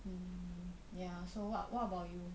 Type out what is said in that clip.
mm ya so what what about you